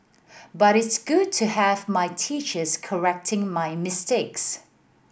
but it's good to have my teachers correcting my mistakes